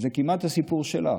במידה רבה זה כמעט הסיפור שלך,